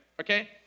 okay